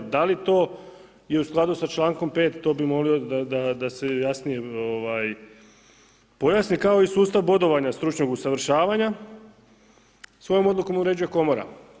Da li to i u skladu sa člankom 5., to bi molio da se jasnije pojasni kao i sustav bodovanja stručnog usavršavanja, svojom odlukom uređuje komora.